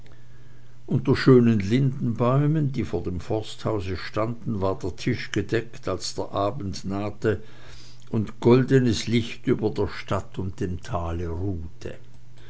unter schönen lindenbäumen die vor dem forsthause standen war der tisch gedeckt als der abend nahte und goldenes licht über der stadt und dem tale ruhte